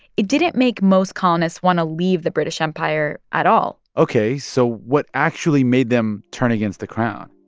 it didn't make most colonists want to leave the british empire at all ok, so what actually made them turn against the crown?